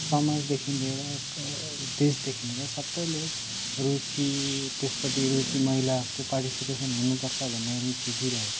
समाजदेखि लिएर देशदेखि लिएर सबैले रुचि त्यसपट्टि रुचि महिलाको पार्टिसिपेसन हुनुपर्छ भन्ने रुचि दिइरहेको छ